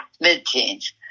mid-teens